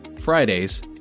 Fridays